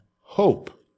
hope